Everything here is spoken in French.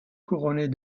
couronnée